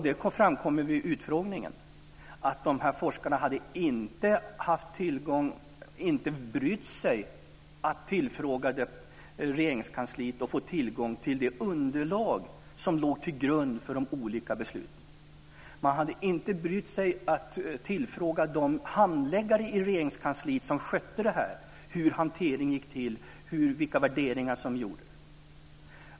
Det framkom vid utfrågningen att de här forskarna inte hade brytt sig om att tillfråga Regeringskansliet för att få tillgång till det underlag som låg till grund för de olika besluten. Man hade inte brytt sig om att fråga de handläggare i Regeringskansliet som skötte detta hur hanteringen gick till, vilka värderingar som gjordes.